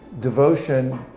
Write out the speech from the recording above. devotion